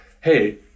hey